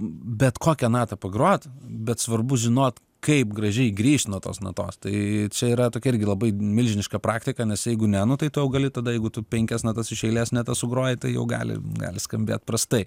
bet kokią natą pagrot bet svarbu žinot kaip gražiai grįžt nuo tos natos tai čia yra tokia irgi labai milžiniška praktika nes jeigu ne nu tai tau gali tada jeigu tu penkias natas iš eilės ne tas sugroja tai jau gali gali skambėt prastai